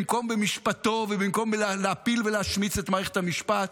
במקום במשפטו ובמקום בלהפיל ולהשמיץ את מערכת המשפט,